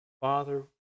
Father